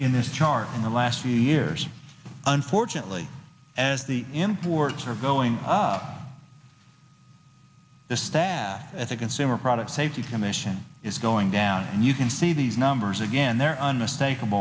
in this chart in the last few years unfortunately as the imports are going up the staff as a consumer products safety commission is going down and you can see these numbers again they're on mistake